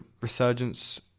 resurgence